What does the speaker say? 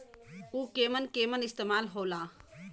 उव केमन केमन इस्तेमाल हो ला?